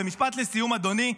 ומשפט לסיום, אדוני.